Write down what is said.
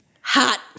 Hot